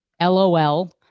LOL